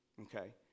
Okay